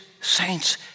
saints